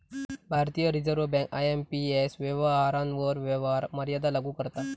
भारतीय reserve bank IMPS व्यवहारांवर व्यवहार मर्यादा लागू करता